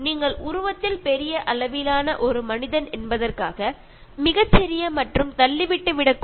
നിങ്ങൾ ഒരു മനുഷ്യൻ ആയതുകൊണ്ട് കുറച്ചു വലിയ ഒരു ആകാരമുണ്ടായിരിക്കാം